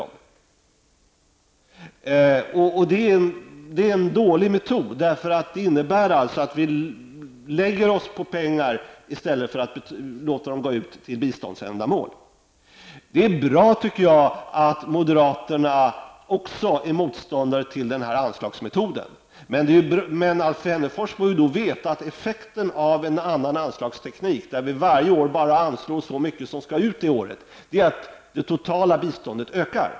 Det är en dålig metod, eftersom det innebär att vi så att säga lägger oss på pengar i stället för att låta dem gå till biståndsändamål. Jag tycker att det är bra att moderaterna också är motståndare till denna anslagsmetod. Men Alf Wennerfors skall då veta att effekten av en annan anslagsteknik, som innebär att vi varje år anslår bara så mycket som skall ut det året, är att det totala biståndet ökar.